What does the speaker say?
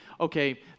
okay